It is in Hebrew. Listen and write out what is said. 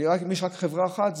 אם יש רק חברה אחת,